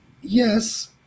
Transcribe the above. Yes